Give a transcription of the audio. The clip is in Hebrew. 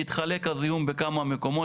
הוא יתחלק בכמה מקומות,